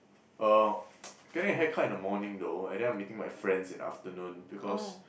oh I'm getting a haircut in the morning though and then I'm meeting my friends in the afternoon because